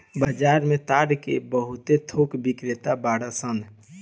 बाजार में ताड़ के बहुत थोक बिक्रेता बाड़न सन